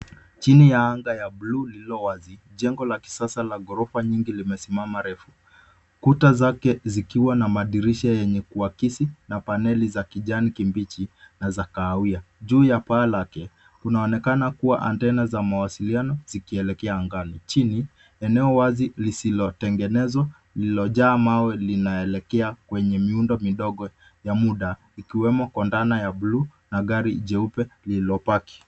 Chini ya anga la bluu lililo wazi, jengo la kisasa la ghorofa nyingi limesimama refu. Kuta zake zikiwa na madirisha yenye kuakisi na paneli za kijani kibichi na za kahawia. Juu ya paa lake, kunaonekana kuwa antenna za mawasiliano zikielekea angani. Chini, eneo wazi lisilotengenezwa lililojaa mawe linaelekea kwenye miundo midogo ya muda ikiwemo condana ya bluu na gari jeupe lililopaki.